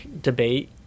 debate